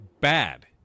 bad